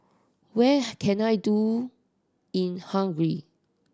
where can I do in Hungary